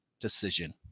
decision